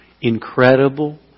incredible